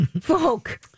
folk